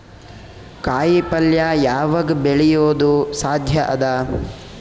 ಕಾಯಿಪಲ್ಯ ಯಾವಗ್ ಬೆಳಿಯೋದು ಸಾಧ್ಯ ಅದ?